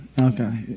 okay